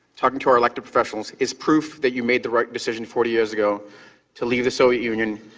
talking to our elected officials, is proof that you made the right decision forty years ago to leave the soviet union.